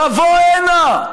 תבוא הנה,